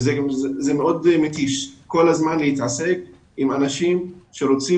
זה מאוד מתיש להתעסק כל הזמן עם כאלו שרוצים